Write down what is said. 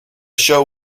show